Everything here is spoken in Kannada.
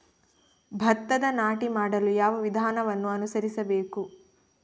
ಭತ್ತದ ನಾಟಿ ಮಾಡಲು ಯಾವ ವಿಧಾನವನ್ನು ಅನುಸರಿಸಬೇಕು?